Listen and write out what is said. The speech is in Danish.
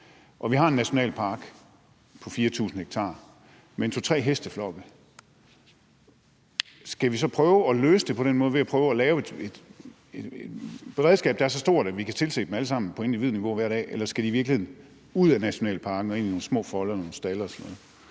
og vi har en nationalpark på 4.000 ha med en 2-3 hesteflokke, skal vi så prøve at løse det ved at prøve at lave et beredskab, der er så stort, at vi kan tilse dem alle sammen på individniveau hver dag, eller skal de i virkeligheden ud af nationalparken og ind i nogle små folde og nogle stalde